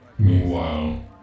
Meanwhile